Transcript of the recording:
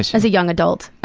as a young adult.